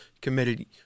committee